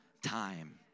time